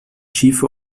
schiefe